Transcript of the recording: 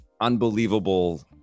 unbelievable